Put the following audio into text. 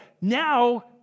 now